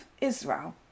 Israel